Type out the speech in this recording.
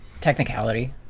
Technicality